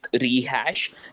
rehash